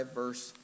verse